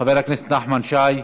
חבר הכנסת נחמן שי,